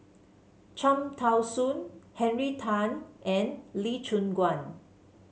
Cham Tao Soon Henry Tan and Lee Choon Guan